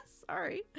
Sorry